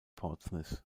portsmouth